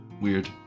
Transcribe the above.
Weird